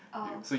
oh